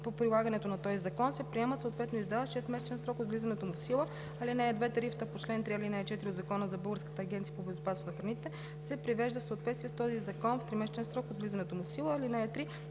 по прилагането на този закон се приемат, съответно издават, в 6-месечен срок от влизането му в сила. (2) Тарифата по чл. 3, ал. 4 от Закона за Българската агенция по безопасност на храните се привежда в съответствие с този закон в тримесечен срок от влизането му в сила. (3) До приемането,